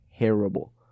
terrible